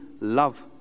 love